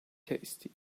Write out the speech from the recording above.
tasty